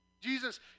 Jesus